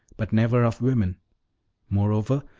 but never of women moreover,